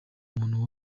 muntu